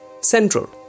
central